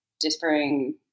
differing